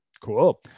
Cool